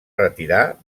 retirar